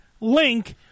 link